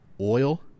oil